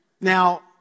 Now